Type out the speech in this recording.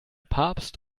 papst